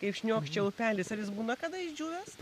kaip šniokščia upelis ar jis būna kada išdžiūvęs